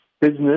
business